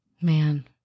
Man